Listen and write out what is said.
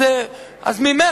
אז ממך?